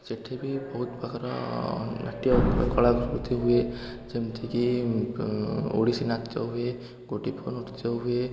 ସେଠି ବି ବହୁତ ପ୍ରକାର ନାଟ୍ୟ କଳାକୃତି ହୁଏ ଯେମିତିକି ଓଡ଼ିଶୀ ନାଟ୍ୟ ହୁଏ ଗୋଟିପୁଅ ନୃତ୍ୟ ହୁଏ